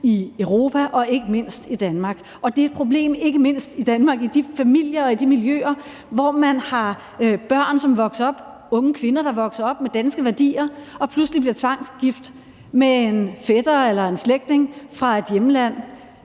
i Europa og ikke mindst i Danmark. Og det er et problem, ikke mindst i Danmark i de familier og i de miljøer, hvor man har børn, som vokser op, og unge kvinder, der vokser op med danske værdier og pludselig bliver tvangsgift med en fætter eller en slægtning fra et hjemland;